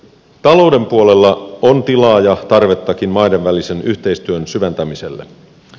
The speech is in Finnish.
talouden puolella on tilaa ja tarvettakin maiden välisen yhteistyön syventämiselle